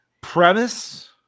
premise